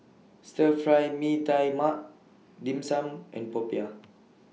Stir Fry Mee Tai Mak Dim Sum and Popiah